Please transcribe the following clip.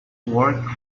works